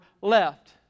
left